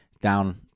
down